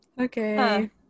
Okay